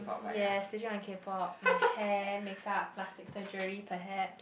yes which one is k-pop my hair makeup plastic surgery perhaps